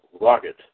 rocket